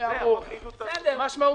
אבל לא הפלנו אותם, הם גם מקבלים.